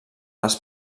les